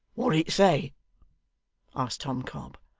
what did it say asked tom cobb.